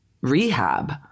Rehab